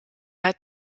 hat